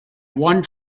one